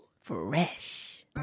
fresh